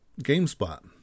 GameSpot